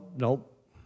Nope